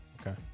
Okay